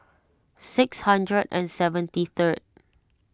six hundred and seventy third